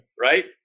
right